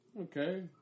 Okay